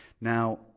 Now